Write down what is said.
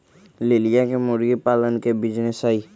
लिलिया के मुर्गी पालन के बिजीनेस हई